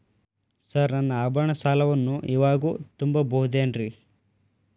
Sir ನನ್ನ ಆಭರಣ ಸಾಲವನ್ನು ಇವಾಗು ತುಂಬ ಬಹುದೇನ್ರಿ?